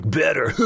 better